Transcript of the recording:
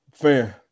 fan